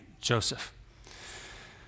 Joseph